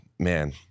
Man